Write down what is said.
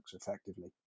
effectively